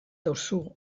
duzu